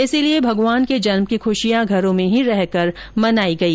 इसलिए भगवान के जन्म की खुशियां घरों में रहकर ही मनाई गई